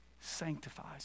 sanctifies